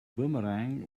boomerang